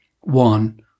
One